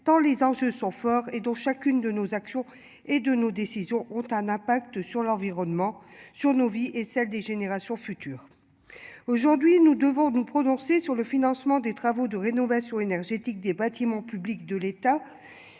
tant les enjeux sont forts et dans chacune de nos actions et de nos décisions ont un impact sur l'environnement sur nos vies et celles des générations futures. Aujourd'hui, nous devons nous prononcer sur le financement des travaux de rénovation énergétique des bâtiments publics de l'État.